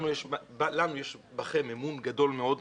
לנו יש בכם אמון גדול מאוד,